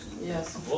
Yes